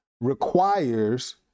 requires